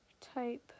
Type